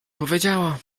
powiedziała